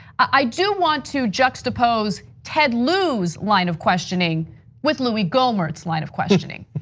i do want to juxtaposed, ted lieu's line of questioning with louie gohmert line of questioning.